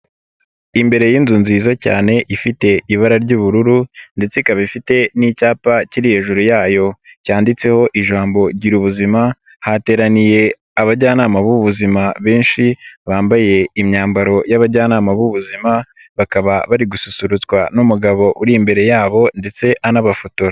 Imbere y'inzu nziza cyane, ifite ibara ry'ubururu ndetse ikaba ifite n'icyapa kiri hejuru yayo, cyanditseho ijambo Gira ubuzima, hateraniye abajyanama b'ubuzima benshi, bambaye imyambaro y'abajyanama b'ubuzima, bakaba bari gususurutswa n'umugabo uri imbere yabo ndetse anabafotora.